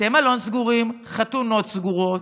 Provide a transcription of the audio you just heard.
בתי מלון סגורים, חתונות סגורות,